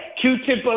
Q-tip